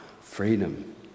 freedom